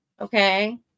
okay